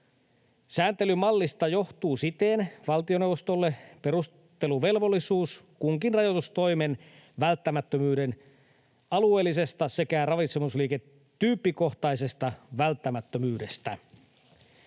Sääntelymallista johtuu siten valtioneuvostolle perusteluvelvollisuus kunkin rajoitustoimen välttämättömyyden alueellisesta sekä ravitsemusliiketyyppikohtaisesta välttämättömyydestä.